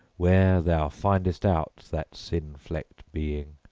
where thou findest out that sin-flecked being.